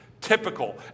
typical